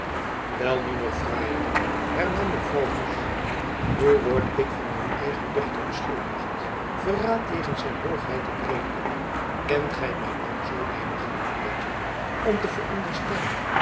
wel nu nog fraaier hernam mevrouw musch nu word ik van mijn eigen dochter beschuldigd verraad jegens zijn hoogheid te prediken kent gy my dan zoo weinig betjen om te veronderstellen